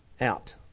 out